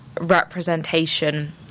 representation